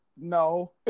No